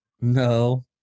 No